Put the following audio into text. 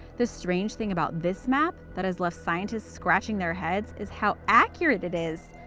the strange thing about this map, that has left scientists scratching their heads, is how accurate it is.